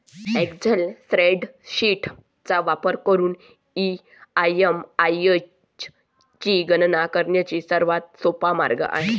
Excel spreadsheet चा वापर करून ई.एम.आय ची गणना करण्याचा सर्वात सोपा मार्ग आहे